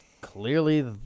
clearly